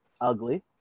ugly